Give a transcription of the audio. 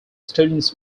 students